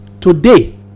today